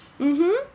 mmhmm